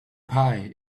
pie